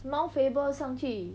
mount faber 上去